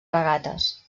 regates